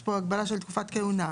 יש כאן הגבלת תקופת כהונה,